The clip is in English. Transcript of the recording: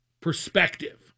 perspective